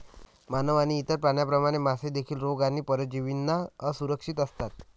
मानव आणि इतर प्राण्यांप्रमाणे, मासे देखील रोग आणि परजीवींना असुरक्षित असतात